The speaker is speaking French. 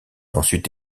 ensuite